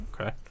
Okay